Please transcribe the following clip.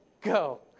go